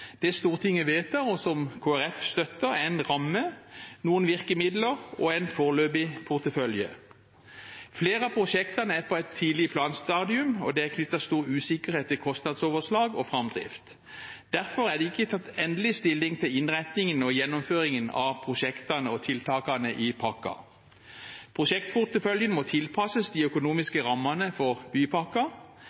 Det Stortinget vedtar, og som Kristelig Folkeparti støtter, er en ramme, noen virkemidler og en foreløpig portefølje. Flere av prosjektene er på et tidlig planstadium, og det er knyttet stor usikkerhet til kostnadsoverslag og framdrift. Derfor er det ikke tatt endelig stilling til innretningen og gjennomføringen av prosjektene og tiltakene i pakken. Prosjektporteføljen må tilpasses de økonomiske rammene for bypakken, og prosjektene og tiltakene i Bypakke